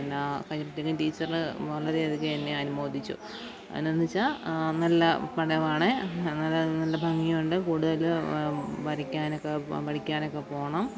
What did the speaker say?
പിന്നെ കഴിഞ്ഞപ്പോഴത്തേക്ക് ടീച്ചറ് വളരെയധികം എന്നെ അനുമോദിച്ചു എന്നാണ് വച്ചാൽ നല്ല പടമാണ് നല്ല നല്ല ഭംഗിയുണ്ട് കൂടുതൽ വരയ്ക്കാനൊക്കെ പഠിക്കാനൊക്കെ പോണം